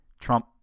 Trump